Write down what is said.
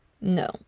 no